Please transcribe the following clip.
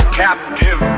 captive